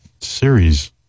series